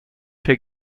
chez